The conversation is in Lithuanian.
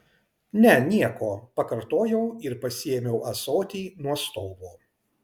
ne nieko pakartojau ir pasiėmiau ąsotį nuo stovo